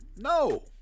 No